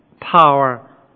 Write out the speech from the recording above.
power